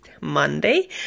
Monday